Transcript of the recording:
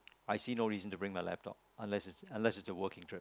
I see no reason to bring my laptop unless unless it's a working trip